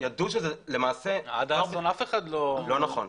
לא נכון,